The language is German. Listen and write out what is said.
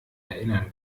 erinnern